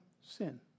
sin